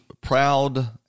proud